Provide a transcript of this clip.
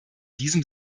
diesem